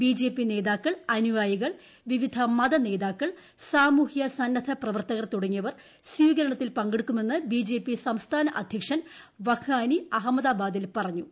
B J P നേതാക്കൾ അനുയായികൾ വിവിധ മതനേതാക്കൾ സാമൂഹ്യ സന്നദ്ധ പ്രവർത്തകർ തുടങ്ങിയവർ സ്വീകരണത്തിൽ പങ്കെടുക്കുമെന്ന് ബി ജെ പി സംസ്ഥാന അധ്യക്ഷൻ വഗ്ഹാനി അഹമ്മാബാദിൽ പറഞ്ഞു